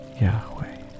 Yahweh